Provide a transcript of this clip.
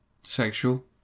Sexual